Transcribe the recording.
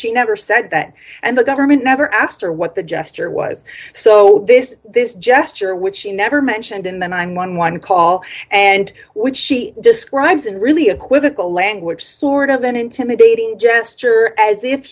she never said that and the government never asked her what the gesture was so this this gesture which she never mentioned in the i'm eleven call and which she describes in really equivocal language sort of an intimidating gesture